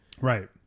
right